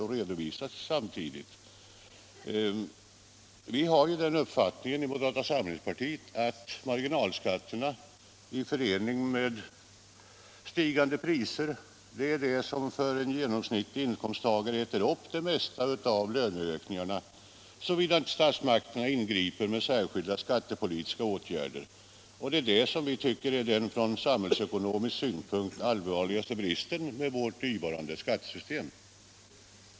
Onsdagen den Inom moderata samlingspartiet har vi ju den uppfattningen att mar 15 december 1976 ginalskatterna i förening med stigande priser är det som för en vanlig —— Li inkomsttagare äter upp det mesta av löneökningarna, såvida inte stats — Sänkning av den makterna ingriper med särskilda skattepolitiska åtgärder. Det är detta = statliga inkomstsom vi tycker är den från samhällsekonomisk synpunkt allvarligaste bris — skatten, m.m. ten med vårt nuvarande skattesystem.